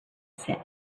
said